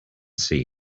see